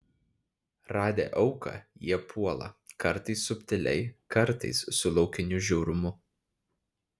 radę auką jie puola kartais subtiliai kartais su laukiniu žiaurumu